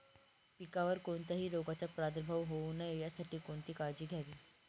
पिकावर कोणत्याही रोगाचा प्रादुर्भाव होऊ नये यासाठी कोणती काळजी घ्यावी?